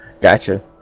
gotcha